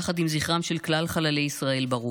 יחד עם זכרם של כלל חללי ישראל, ברוך.